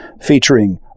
featuring